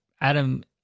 Adam